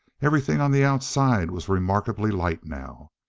everything on the outside was remarkably light now.